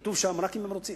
כתוב שם שרק אם הם רוצים,